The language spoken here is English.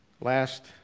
Last